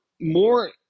more